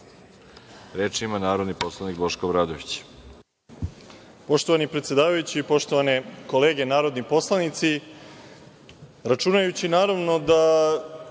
(Da)Reč ima narodni poslanik Boško Obradović.